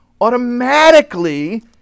Automatically